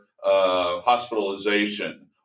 hospitalization